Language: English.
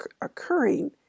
occurring